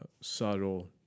subtle